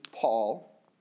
Paul